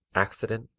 accident,